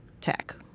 tech